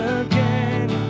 again